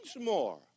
more